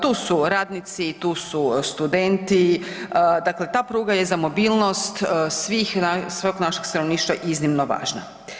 Tu su radnici, tu su studenti, dakle ta pruga je za mobilnost svog našeg stanovništva iznimno važna.